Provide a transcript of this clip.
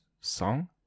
song